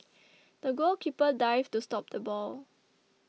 the goalkeeper dived to stop the ball